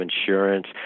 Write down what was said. insurance